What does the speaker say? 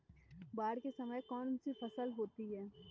बाढ़ के समय में कौन सी फसल होती है?